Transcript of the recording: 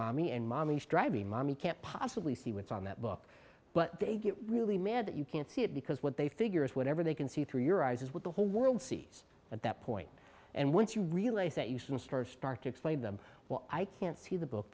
mommy is driving mommy can't possibly see what's on that book but they get really mad that you can't see it because what they figure is whatever they can see through your eyes is what the whole world sees at that point and once you realize that you some stories start to explain them well i can't see the book